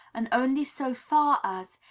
and only so far as,